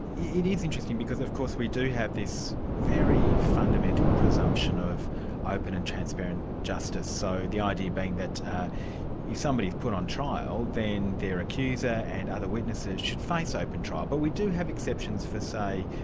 it is interesting, because of course we do have this very fundamental presumption of open and transparent justice, so the idea being that if somebody's put on trial, then their accuser and other witnesses should face open trial. but we do have exceptions for, say,